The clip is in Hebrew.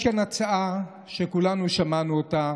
יש כאן הצעה שכולנו שמענו אותה,